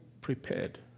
prepared